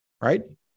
right